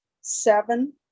seven